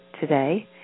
today